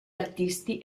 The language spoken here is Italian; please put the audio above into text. artisti